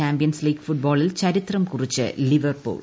champions league ഫുട്ബോളിൽ ചരിത്രം കുറിച്ച് ലിവർപൂൾ